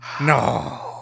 No